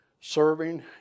Serving